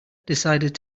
decided